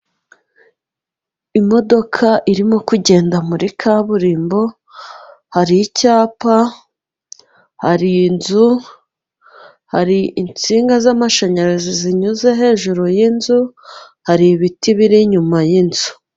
Imodoka irimo kugenda muri kaburimbo. Hari icyapa, hariho inzu, hari insinga z'amashanyarazi zinyuze hejuru y'inzu. Hari ibiti biri inyuma y'inzu.